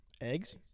Eggs